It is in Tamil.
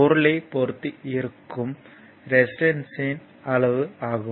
பொருளைப் பொறுத்து இருக்கும் ரெசிஸ்டன்ஸ்யின் அளவு ஆகும்